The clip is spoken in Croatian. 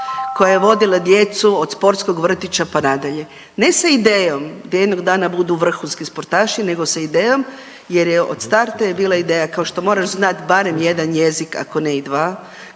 koja je vodila djecu od sportskog vrtića pa na dalje ne sa idejom da jednog dana budu vrhunski sportaši, nego sa idejom jer je od starta bila ideja kao što moraš znati barem jedan jezik, ako ne i dva,